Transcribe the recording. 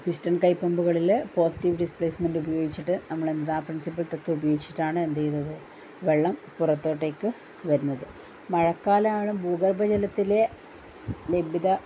piston കൈപ്പമ്പുകളിൽ positive displacement ഉപയോഗിച്ചിട്ട് നമ്മൾ എന്താ പ്രിൻസിപ്പൽ തത്വം ഉപയോഗിച്ചിട്ടാണ് എന്ത് ചെയ്യുന്നത് വെള്ളം പുറത്തോട്ടേയ്ക്കു വരുന്നത് മഴക്കാലമാണ് ഭൂഗർഭജലത്തിലെ ലഭ്യത